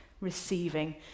receiving